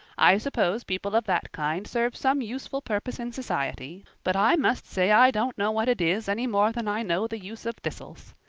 i suppose people of that kind serve some useful purpose in society, but i must say i don't know what it is any more than i know the use of thistles.